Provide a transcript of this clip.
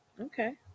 Okay